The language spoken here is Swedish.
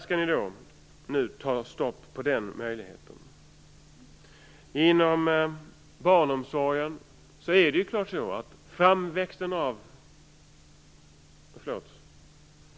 Men nu skall Socialdemokraterna sätta stopp för den möjligheten.